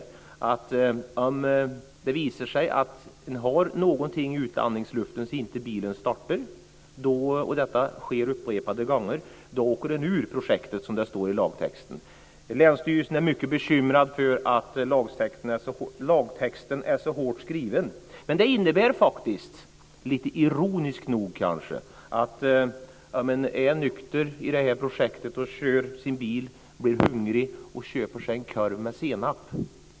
Man åker ur projektet om det upprepade gånger visar sig att man har någonting i utandningsluften så att bilen inte startar, som det står i lagtexten. Länsstyrelsen är mycket bekymrad över att lagtexten är så hårt skriven. Men det innebär faktiskt, kanske lite ironiskt, att bilen inte startar om den som deltar i projektet och kör sin bil nykter blir hungrig och köper sig en korv med senap.